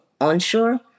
onshore